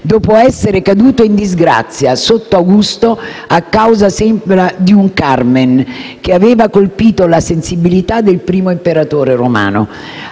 dopo essere caduto in disgrazia, sotto Augusto, a causa sembra di un *carmen*, che aveva colpito la sensibilità del primo imperatore romano